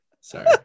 Sorry